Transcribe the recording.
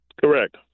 Correct